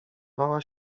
wała